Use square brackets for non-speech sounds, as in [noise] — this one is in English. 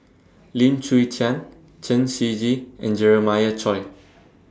[noise] Lim Chwee Chian Chen Shiji and Jeremiah Choy